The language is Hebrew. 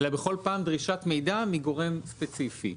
אלא בכל פעם דרישת מידע מגורם ספציפי.